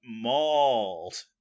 Mauled